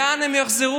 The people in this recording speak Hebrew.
לאן הם יחזרו?